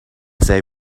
say